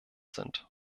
sind